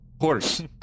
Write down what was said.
Horse